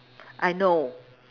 I know